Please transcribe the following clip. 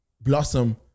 blossom